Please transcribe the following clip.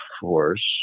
force